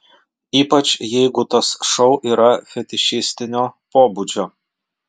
ypač jeigu tas šou yra fetišistinio pobūdžio